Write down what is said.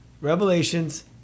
Revelations